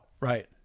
Right